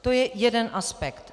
To je jeden aspekt.